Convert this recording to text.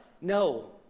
no